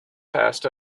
passed